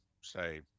say